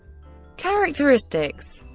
characteristics